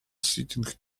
sitting